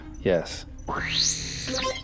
yes